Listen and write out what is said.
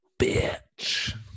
bitch